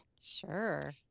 Sure